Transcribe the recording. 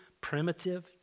primitive